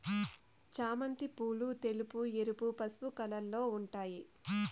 చామంతి పూలు తెలుపు, ఎరుపు, పసుపు కలర్లలో ఉంటాయి